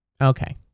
Okay